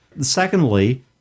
Secondly